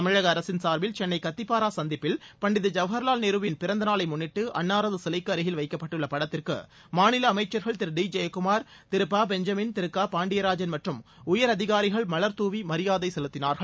தமிழக அரசின் சார்பில் சென்னை கத்திப்பாரா சந்திப்பில் பண்டித ஜவஹர்வால் நேருவின் பிறந்தநாளை முன்னிட்டு அன்னாரது சிலைக்கு அருகில் வைக்கப்பட்டுள்ள படத்திற்கு மாநில அமைச்சர்கள் திரு டி ஜெயக்குமார் திரு பா பெஞ்சமின் திரு க பாண்டியராஜன் மற்றும் உயரதிகாரிகள் மலர் தூவி மரியாதை செலுத்தினார்கள்